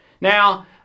Now